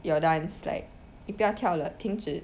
your dance like 你不要跳了停止